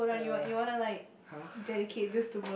ah !huh!